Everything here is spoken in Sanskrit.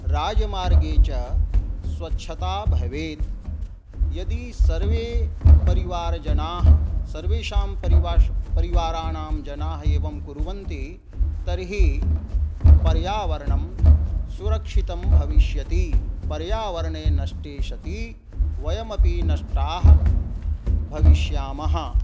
राजमार्गे च स्वच्छता भवेत् यदि सर्वे परिवारजनाः सर्वेषां परिवाराणां जनाः एवं कुर्वन्ति तर्हि पर्यावरणं सुरक्षितं भविष्यति पर्यावरणे नष्टे सति वयम् अपि नष्टाः भविष्यामः